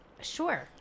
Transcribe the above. Sure